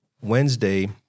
Wednesday